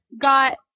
got